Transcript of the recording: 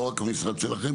לא רק המשרד שלכם.